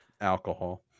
Alcohol